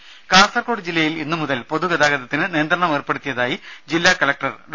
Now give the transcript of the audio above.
രുമ കാസർകോട് ജില്ലയിൽ ഇന്നു മുതൽ പൊതുഗതാഗതത്തിന് നിയന്ത്രണമേർപ്പെടുത്തിയതായി ജില്ലാകളക്ടർ ഡോ